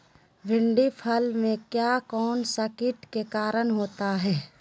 भिंडी फल में किया कौन सा किट के कारण होता है?